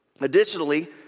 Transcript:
Additionally